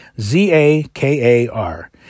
Z-A-K-A-R